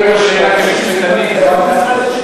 שאלתי אותה שאלה כמשפטנית, היא לא ענתה לי.